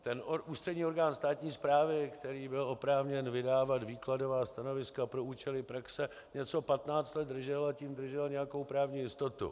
Ten ústřední orgán státní správy, který byl oprávněn vydávat výkladová stanoviska pro účely praxe, něco patnáct let držel, a tím držel nějakou právní jistotu.